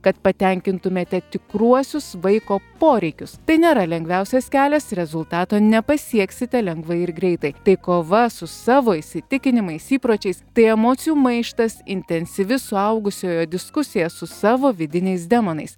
kad patenkintumėte tikruosius vaiko poreikius tai nėra lengviausias kelias rezultato nepasieksite lengvai ir greitai tai kova su savo įsitikinimais įpročiais tai emocijų maištas intensyvi suaugusiojo diskusija su savo vidiniais demonais